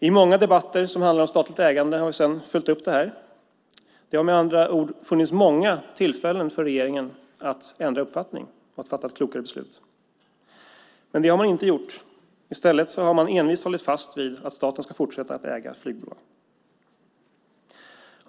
I många debatter som handlar om statligt ägande har vi sedan följt upp detta. Det har med andra ord funnits många tillfällen för regeringen att ändra uppfattning och fatta ett klokare beslut, men det har man inte gjort. I stället har man envist hållit fast vid att staten ska fortsätta att äga flygbolag.